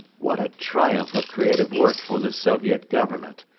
what a triumph of creative work for the soviet government!